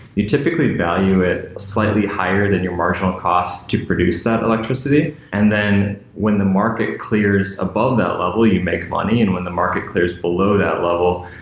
you typically value it slightly higher than your marginal cost to produce that electricity, and then when the market clears above that level, you make money, and when the market clears below that level,